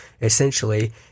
essentially